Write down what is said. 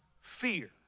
fear